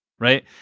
right